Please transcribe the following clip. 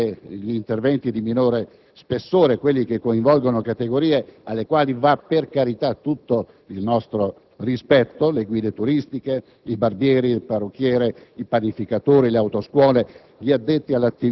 sicuramente gli interventi di minore spessore, che coinvolgono categorie alle quali va - per carità - tutto il nostro rispetto: le guide turistiche, i barbieri, i parrucchieri, i panificatori, le autoscuole,